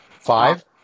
Five